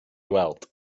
weld